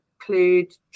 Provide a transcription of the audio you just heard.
include